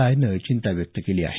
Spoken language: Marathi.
आयनं चिंता व्यक्त केली आहे